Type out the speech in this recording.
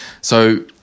So-